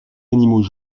animaux